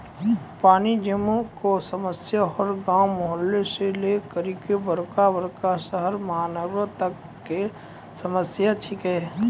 पानी जमै कॅ समस्या हर गांव, मुहल्ला सॅ लै करिकॅ बड़का बड़का शहरो महानगरों तक कॅ समस्या छै के